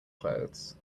clothes